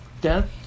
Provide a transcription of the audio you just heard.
Death